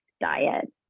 diet